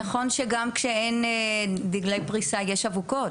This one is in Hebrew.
נכון שגם כשאין דגלי פריסה יש אבוקות,